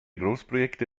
großprojekte